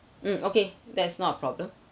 mm okay that's not a problem